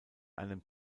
einem